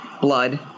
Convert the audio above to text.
blood